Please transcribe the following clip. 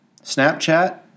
Snapchat